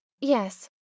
Yes